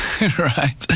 right